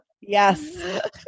Yes